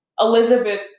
Elizabeth